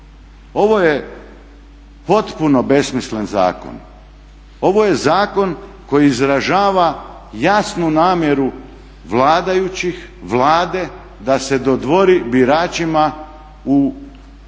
Ovo je potpuno besmislen zakon, ovo je zakon koji izražava jasnu namjeru vladajućih, Vlade da se dodvori biračima u